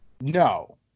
No